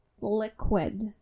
Liquid